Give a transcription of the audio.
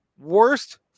worst